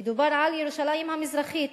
מדובר על ירושלים המזרחית.